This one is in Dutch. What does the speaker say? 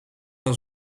haar